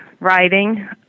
Writing